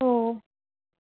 हो